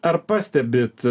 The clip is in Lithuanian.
ar pastebit